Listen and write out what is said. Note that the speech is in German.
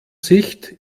sicht